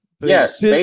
Yes